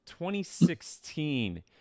2016